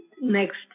next